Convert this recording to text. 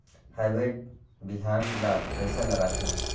Hybrid बिहान ला कइसन लगाथे?